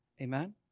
Amen